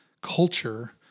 culture